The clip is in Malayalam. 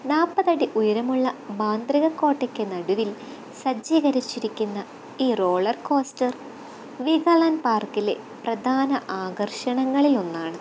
നാൽപ്പതടി ഉയരമുള്ള മാന്ത്രിക കോട്ടയ്ക്കു നടുവില് സജ്ജീകരിച്ചിരിക്കുന്ന ഈ റോളര്കോസ്റ്റര് വീഗാലാന്ഡ് പാര്ക്കിലെ പ്രധാന ആകര്ഷണങ്ങളിലൊന്നാണ്